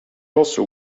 also